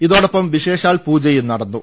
ഇതോടൊപ്പം വിശേഷാൽ പൂജയും നടന്നു